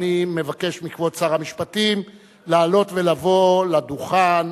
אני מבקש מכבוד שר המשפטים לעלות ולבוא לדוכן